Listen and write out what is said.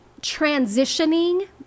transitioning